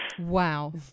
Wow